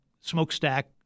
smokestack